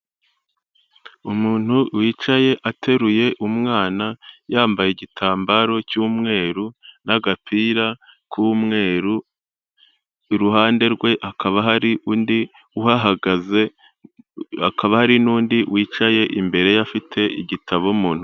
Umuntu wicaye ateruye umwana, yambaye igitambaro cy'umweru n'agapira k'umweru, iruhande rwe hakaba hari undi uhahagaze, hakaba hari n'undi wicaye imbere ye afite igitabo mu ntoki.